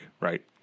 right